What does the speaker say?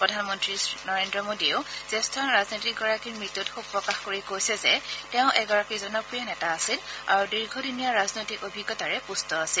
প্ৰধানমন্ত্ৰী নৰেড্ৰ মোদীয়েও জ্যেষ্ঠ ৰাজনীতিকগৰাকীৰ মৃত্যুত শোক প্ৰকাশ কৰি কৈছে যে তেওঁ এগৰাকী জনপ্ৰিয় নেতা আছিল আৰু দীৰ্ঘদিনীয়া ৰাজনৈতিক অভিজ্ঞতাৰে পূষ্ট আছিল